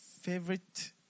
favorite